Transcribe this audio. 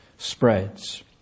spreads